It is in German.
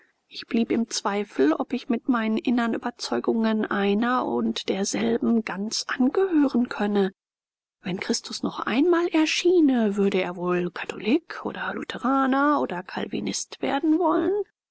ich blieb im zweifel ob ich mit meinen innern überzeugungen einer und derselben ganz angehören könne wenn christus noch einmal erschiene würde er wohl katholik oder lutheraner oder calvinist werden wollen